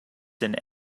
and